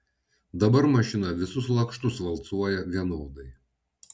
dabar mašina visus lakštus valcuoja vienodai